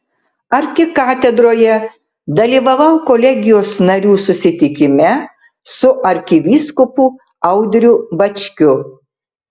arkikatedroje dalyvavau kolegijos narių susitikime su arkivyskupu audriu bačkiu